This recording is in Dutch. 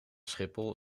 schiphol